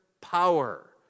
power